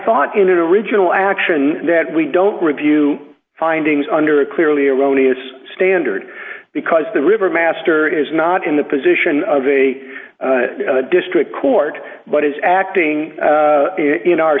thought in original action that we don't review findings under a clearly erroneous standard because the river master is not in the position of a district court but is acting in our